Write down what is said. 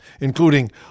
including